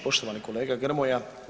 Poštovani kolega Grmoja.